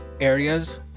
areas